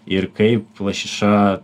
ir kaip lašiša